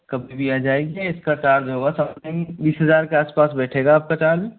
कब भी आ जाइे इस का चार्ज होगा सम्थिंग बीस हज़ार के आस पास बैठना आप का चार्ज